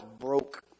broke